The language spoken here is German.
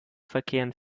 verkehren